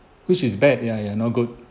which is bad ya ya not good